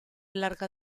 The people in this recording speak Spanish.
larga